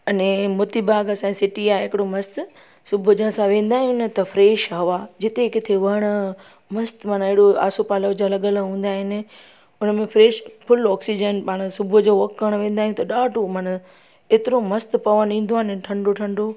अने मोती बाघ असांजी हिकु सिटी आहे हिकड़ो मस्त सुबूह जो असां वेंदा आहियूं न त फ्रेश हवा जिते किथे वण मस्त माना एड़ो आसो पालो जा लॻियलु हूंदा आहिनि उन में फ्रेश फुल ऑक्सीजन पाण सुबुह जो वॉक करण वेंदा आहियूं त ॾाढो माना एतिरो मस्तु पवन ईदो आहे न ठंडो ठंडो